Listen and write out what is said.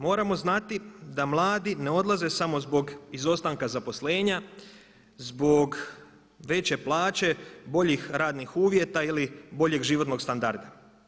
Moramo znati da mladi ne odlaze samo zbog izostanka zaposlenja, zbog veće plaće, boljih radnih uvjeta ili boljeg životnog standarda.